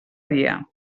dia